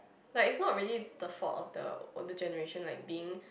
like it's not really the fault of the older generation like being